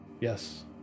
yes